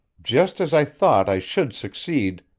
just as i thought i should succeed,